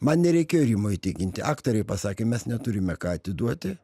man nereikėjo rimo įtikinti aktoriai pasakė mes neturime ką atiduoti